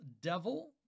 devil